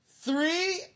Three